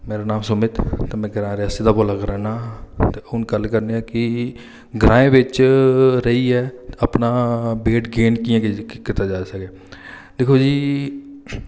मेरा नां सुमित ते में रियासी दा बोल्लै करना हून गल्ल करने आं कि ग्राएं बिच रेहियै अपना वेट गेन कि'यां कीता जाई सकदा ऐ दिक्खो जी